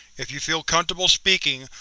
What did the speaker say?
if you feel comfortable speaking,